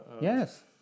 Yes